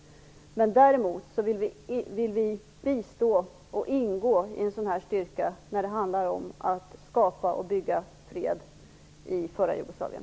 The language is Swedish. Däremot vill vi bistå och ingå i en sådan styrka, när det handlar om att skapa och bygga fred i förra Jugoslavien.